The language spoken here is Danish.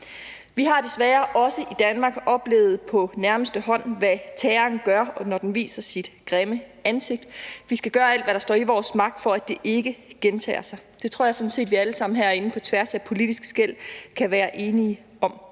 Vi har desværre også i Danmark oplevet på nærmeste hold, hvad terroren gør, når den viser sit grimme ansigt. Vi skal gøre alt, hvad der står i vores magt, for at det ikke gentager sig. Det tror jeg sådan set at vi alle sammen herinde på tværs af politiske skel kan være enige om.